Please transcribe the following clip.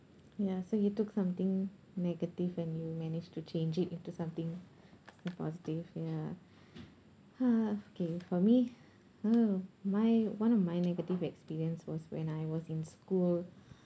ya so you took something negative and you managed to change it into something positive ya ha okay for me oh my one of my negative experience was when I was in school